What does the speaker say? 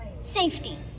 Safety